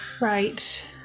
right